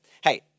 hey